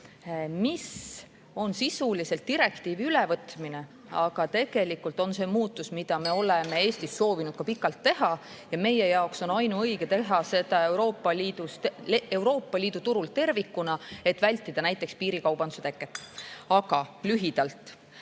mis on sisuliselt direktiivi ülevõtmine. Aga tegelikult on see muudatus, mida me oleme Eestis soovinud pikalt teha, ja meie jaoks on ainuõige teha seda Euroopa Liidu turul tervikuna, et vältida näiteks piirikaubanduse teket. Aga lühidalt.